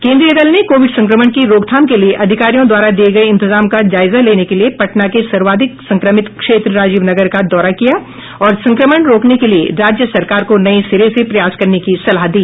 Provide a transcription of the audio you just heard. केंद्रीय दल ने कोविड संक्रमण की रोकथाम के लिए अधिकारियों द्वारा किए गए इंतजाम का जायजा लेने के लिए पटना के सर्वाधिक संक्रमित क्षेत्र राजीवनगर का दौरा किया और संक्रमण रोकने के लिए राज्य सरकार को नए सिरे से प्रयास करने की सलाह दी